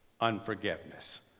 unforgiveness